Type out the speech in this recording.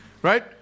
Right